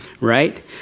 right